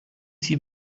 sie